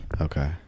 Okay